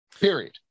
Period